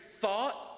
thought